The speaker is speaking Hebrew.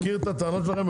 מכיר את הטענות שלכם.